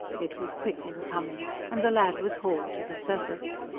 it was quick in coming and the lad was hauled to the surface.